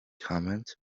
comment